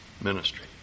ministry